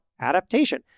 adaptation